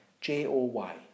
J-O-Y